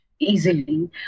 easily